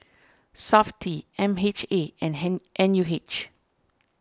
SAFTI M H A and hen N U H